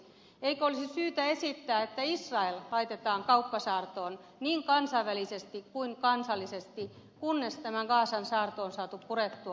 eikö olisi syytä esittää että israel laitetaan kauppasaartoon niin kansainvälisesti kuin kansallisesti kunnes tämä gazan saarto on saatu purettua